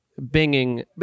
binging